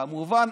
כמובן,